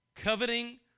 Coveting